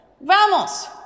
¡Vamos